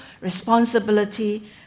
responsibility